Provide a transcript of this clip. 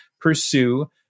pursue